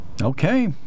Okay